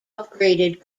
upgraded